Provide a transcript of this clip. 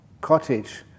cottage